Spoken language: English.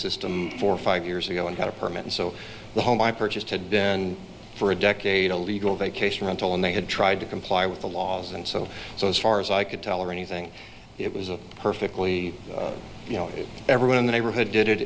system for five years ago and got a permit and so the home i purchased had been for a decade a legal vacation rental and they had tried to comply with the laws and so so as far as i could tell or anything it was a perfectly you know everyone in the neighborhood did it